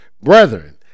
Brethren